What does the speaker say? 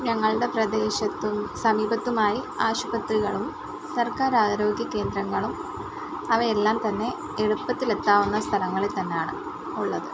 ഞങ്ങളുടെ പ്രദേശത്തും സമീപത്തുമായി ആശുപത്രികളും സർക്കാർ ആരോഗ്യ കേന്ദ്രങ്ങളും അവയെല്ലാം തന്നെ എളുപ്പത്തിൽ എത്താവുന്ന സ്ഥലങ്ങളിൽ തന്നെയാണ് ഉള്ളത്